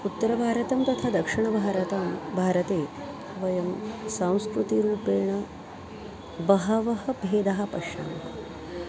उत्तरभारतं तथा दक्षिणभारतं भारते वयं सांस्कृतिकरूपेण बहवः भेदं पश्यामः